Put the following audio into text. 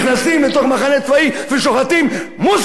מוסלמים סונים נכנסים לתוך מחנה צבאי ושוחטים מוסלמים סונים.